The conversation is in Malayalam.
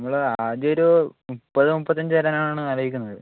നമ്മൾ ആദ്യമൊരു മുപ്പത് മുപ്പത്തഞ്ച് തരാനാണ് ആലോചിക്കുന്നത്